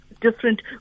different